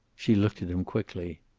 she looked at him quickly.